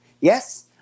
Yes